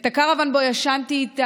שבו ישנתי,